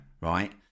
Right